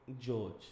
George